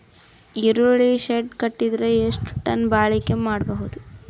ಈರುಳ್ಳಿ ಶೆಡ್ ಕಟ್ಟಿದರ ಎಷ್ಟು ಟನ್ ಬಾಳಿಕೆ ಮಾಡಬಹುದು?